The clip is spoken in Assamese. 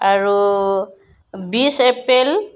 আৰু বিশ এপ্ৰিল